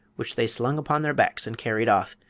which they slung upon their backs and carried off,